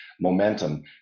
momentum